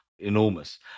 enormous